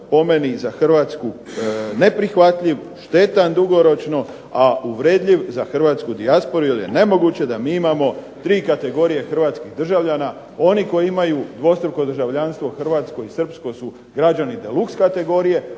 po meni za Hrvatsku neprihvatljiv, štetan dugoročno a uvredljiv za Hrvatsku dijasporu jer je nemoguće da mi imamo tri kategorije Hrvatskih državljana, onih koji imaju dvostruko državljanstvo Hrvatsko i Srpsko su građani deluxe kategorije,